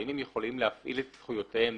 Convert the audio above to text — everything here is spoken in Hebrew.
האם הם יכולים להפעיל את זכויותיהם,